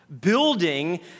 building